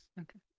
okay